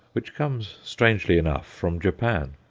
which comes, strangely enough, from japan.